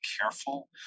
careful